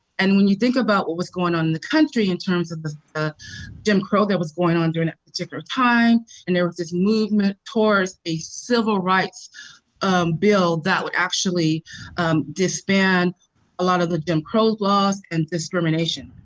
and when you think about what was going on in the country in terms of the jim crow that was going on during that particular time and there was this movement towards a civil rights bill that would actually disband a lot of the jim crow laws and discrimination.